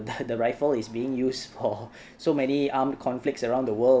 the the rifle is being used for so many armed conflicts around the world